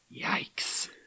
Yikes